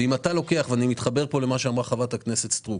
ופה אני מתחבר למה שאמרה חברת הכנסת סטרוק.